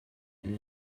and